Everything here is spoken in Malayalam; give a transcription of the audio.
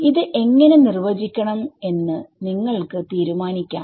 ഇത് എങ്ങനെ നിർവചിക്കണം എന്ന് നിങ്ങൾക്ക് തീരുമാനിക്കാം